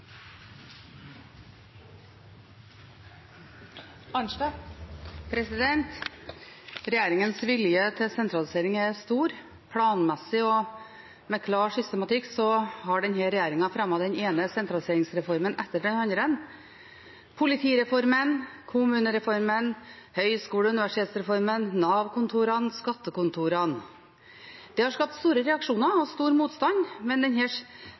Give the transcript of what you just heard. Regjeringens vilje til sentralisering er stor. Planmessig og med klar systematikk har denne regjeringen fremmet den ene sentraliseringsreformen etter den andre: politireformen, kommunereformen, høyskole- og universitetsreformen, Nav-kontorene og skattekontorene. Det har skapt store reaksjoner og stor motstand, men